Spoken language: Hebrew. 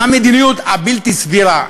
המדיניות הבלתי-סבירה,